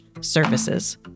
services